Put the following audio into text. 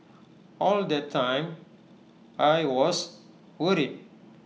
all that time I was worried